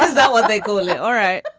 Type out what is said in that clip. that what they call it? all right.